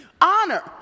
Honor